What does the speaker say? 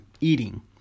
eating